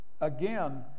Again